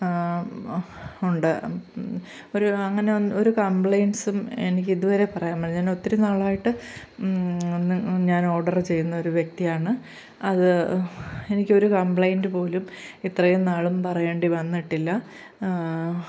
ഉണ്ട് ഒരു അങ്ങനെ ഒരു കംപ്ലൈയിൻസും എനിക്കിതുവരെ പറയാൻ ഞാൻ ഒത്തിരി നാളായിട്ട് ഞാൻ ഓർഡറ് ചെയ്യുന്നൊരു വ്യക്തിയാണ് അത് എനിക്കൊരു കംപ്ലൈയിൻറ്റ് പോലും ഇത്രയും നാളും പറയേണ്ടി വന്നിട്ടില്ല